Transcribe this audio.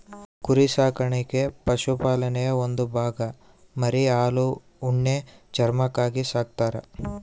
ಕುರಿ ಸಾಕಾಣಿಕೆ ಪಶುಪಾಲನೆಯ ಒಂದು ಭಾಗ ಮರಿ ಹಾಲು ಉಣ್ಣೆ ಚರ್ಮಕ್ಕಾಗಿ ಸಾಕ್ತರ